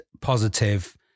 positive